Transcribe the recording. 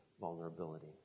vulnerability